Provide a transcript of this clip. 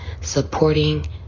supporting